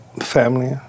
family